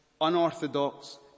unorthodox